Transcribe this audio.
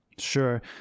Sure